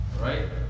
Right